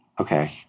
Okay